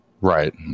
Right